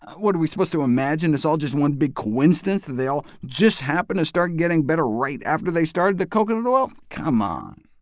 what? are we supposed to imagine it's all just one big coincidence that they all just happened to start getting better right after they started the coconut oil? come on!